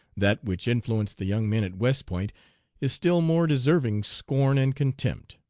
that which influenced the young men at west point is still more deserving scorn and contempt.